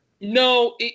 No